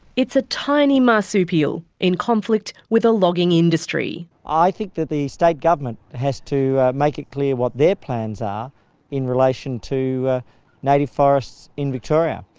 it's a tiny marsupial in conflict with a logging industry. i think that the state government has to make it clear what their plans are in relation to native forests in victoria.